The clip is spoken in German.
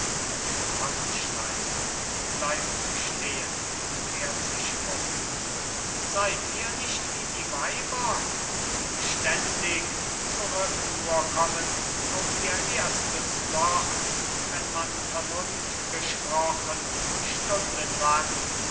wallenstein bleibt stehen und kehrt sich um seid ihr nicht wie die weiber die beständig zurück nur kommen auf ihr erstes wort wenn man vernunft gesprochen stundenlang